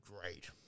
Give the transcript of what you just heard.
great